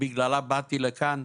שבגללה באתי לכאן,